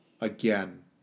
again